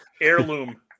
heirloom